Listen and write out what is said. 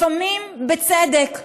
לפעמים בצדק.